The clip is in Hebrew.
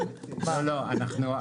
לא, לא.